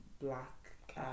black